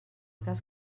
cas